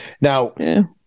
now